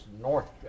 North